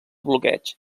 bloqueig